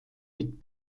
mit